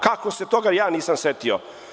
Kako se ja toga nisam setio?